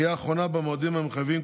הדחייה האחרונה במועדים המחייבים,